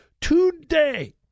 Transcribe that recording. today